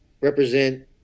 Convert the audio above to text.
represent